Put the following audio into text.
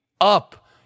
Up